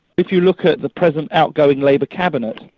if you look at the present outgoing labour cabinet,